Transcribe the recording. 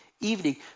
evening